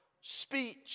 speech